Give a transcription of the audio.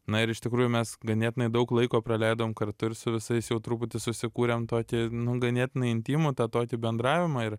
na ir iš tikrųjų mes ganėtinai daug laiko praleidom kartu ir su visais jau truputį susikūrėm tokį ganėtinai intymų tą tokį bendravimą ir